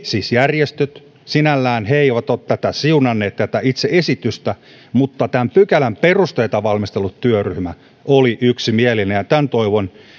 siis järjestöt sinällään he eivät ole siunanneet tätä itse esitystä mutta tämän pykälän perusteita valmistellut työryhmä oli yksimielinen ja toivon